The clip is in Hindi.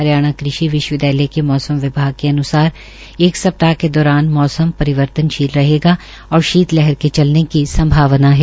हरियाणा कृषि विश्वविद्यालय के मौसम विभाग के अनसार एक सप्ताह के दौरान मौसम परिवर्तनशीली रहेगा और शीत लहर के चलने की संभावना है